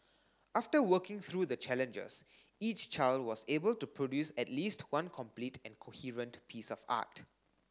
after working through the challenges each child was able to produce at least one complete and coherent piece of art